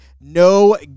No